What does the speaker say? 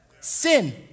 Sin